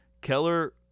Keller